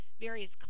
various